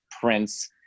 prince